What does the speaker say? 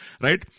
right